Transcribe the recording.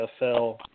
NFL